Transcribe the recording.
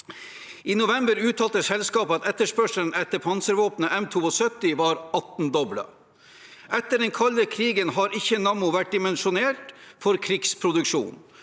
I november uttalte selskapet at etterspørselen etter panservåpenet M72 var attendoblet. Etter den kalde krigen har ikke Nammo vært dimensjonert for krigsproduksjon.